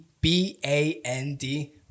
B-A-N-D